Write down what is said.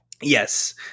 Yes